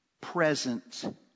present